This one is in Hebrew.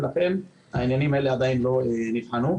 ולכן העניינים האלה עדיין לא נבחנו.